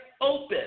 open